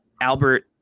Albert